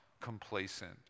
complacent